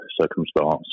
circumstance